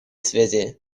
связи